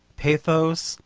pathos,